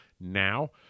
now